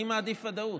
אני מעדיף ודאות.